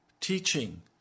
teaching